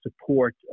support